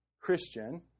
Christian